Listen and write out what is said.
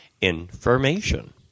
information